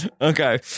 Okay